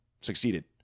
succeeded